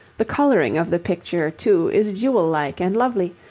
the colouring of the picture, too, is jewel-like and lovely,